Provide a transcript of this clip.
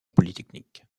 polytechnique